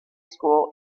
school